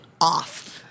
off